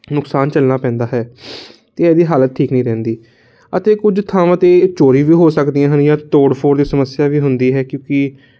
ਨੁਕਸਾਨ ਝੱਲਣਾ ਪੈਂਦਾ ਹੈ ਅਤੇ ਇਹਦੀ ਹਾਲਤ ਠੀਕ ਨਹੀਂ ਰਹਿੰਦੀ ਅਤੇ ਕੁਝ ਥਾਵਾਂ 'ਤੇ ਇਹ ਚੋਰੀ ਵੀ ਹੋ ਸਕਦੀਆਂ ਹਨ ਜਾਂ ਤੋੜਫੋੜ ਦੀ ਸਮੱਸਿਆ ਵੀ ਹੁੰਦੀ ਹੈ ਕਿਉਂਕਿ